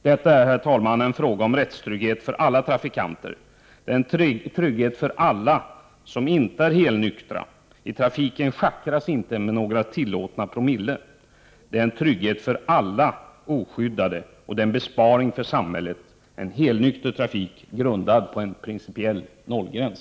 Herr talman! Detta är en fråga om rättstrygghet för alla trafikanter. Det är en trygghet för alla som inte är helnyktra. I trafiken schackras inte med några tillåtna promillen. Det är en trygghet för alla oskyddade och en besparing för samhället — en helnykter trafik grundad på en principiell nollgräns.